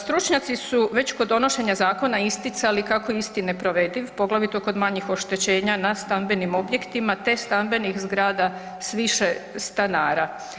Stručnjaci su već kod donošenja zakona isticali kako je isti neprovediv, poglavito kod manjih oštećenja na stambenim objektima te stambenih zgrada s više stanara.